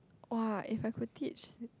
!wah! if I could teach